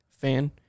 fan